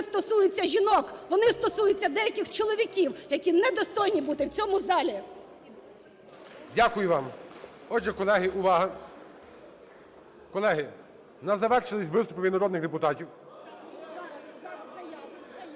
стосуються жінок, вони стосуються деяких чоловіків, які недостойні бути в цьому залі. ГОЛОВУЮЧИЙ. Дякую вам. Отже, колеги, увага! Колеги, у нас завершилися виступи від народних депутатів.